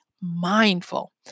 mindful